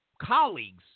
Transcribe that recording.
colleagues